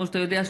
כמו שאתה יודע,